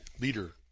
leader